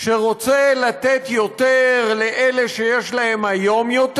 שרוצה לתת יותר לאלה שיש להם היום יותר,